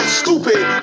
stupid